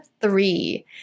three